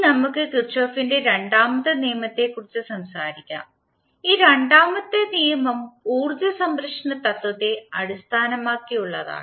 ഇനി നമുക്ക് കിർചോഫിന്റെ രണ്ടാമത്തെ നിയമത്തെക്കുറിച്ച് സംസാരിക്കാം ഈ രണ്ടാമത്തെ നിയമം ഊർജ്ജ സംരക്ഷണ തത്വത്തെ അടിസ്ഥാനമാക്കിയുള്ളതാണ്